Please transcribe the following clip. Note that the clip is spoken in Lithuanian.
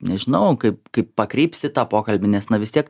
nežinau kaip kaip pakreipsi tą pokalbį nes na vis tiek